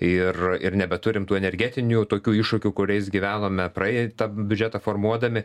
ir ir nebeturim tų energetinių jau tokių iššūkių kuriais gyvenome pradėję tą biudžetą formuodami